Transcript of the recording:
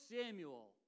Samuel